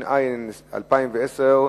התש"ע 2010,